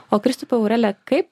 o kristupai aurelija kaip